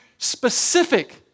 specific